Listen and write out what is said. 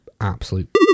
absolute